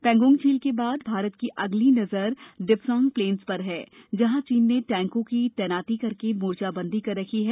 पैन्गोंग झील के बाद भारत की अगली नजर डेप्सांग प्लेन्स पर है जहां चीन ने टैंकों की तैनाती करके मोर्चाबंदी कर रखी है